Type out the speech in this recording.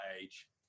age